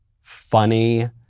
funny